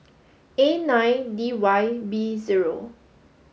A nine D Y B zero